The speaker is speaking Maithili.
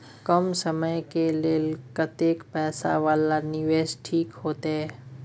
कम समय के लेल कतेक पैसा वाला निवेश ठीक होते?